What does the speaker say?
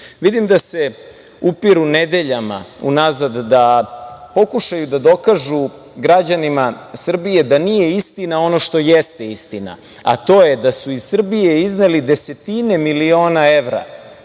da se upiru nedeljama unazad da pokušaju da dokažu građanima Srbije da nije istina ono što jeste istina, a to je da su iz Srbije izneli desetine miliona evra